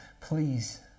please